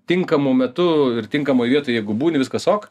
tinkamu metu ir tinkamoj vietoj jeigu būni viskas ok